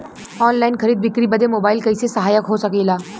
Online खरीद बिक्री बदे मोबाइल कइसे सहायक हो सकेला?